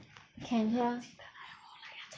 can hear